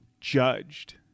judged